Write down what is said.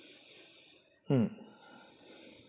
mm